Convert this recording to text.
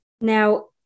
Now